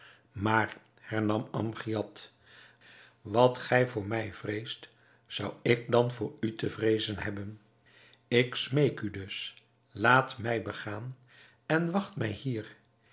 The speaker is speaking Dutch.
maar hernam amgiad wat gij voor mij vreest zou ik dan voor u te vreezen hebben ik smeek u dus laat mij begaan en wacht mij hier